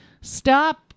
stop